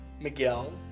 Miguel